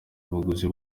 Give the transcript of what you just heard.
abaguzi